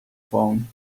phone